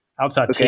outside